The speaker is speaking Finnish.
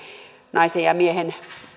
naisen ja miehen